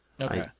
Okay